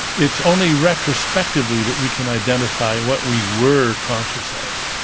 it's only retrospectively that we can identify what we were conscious of.